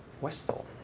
Westall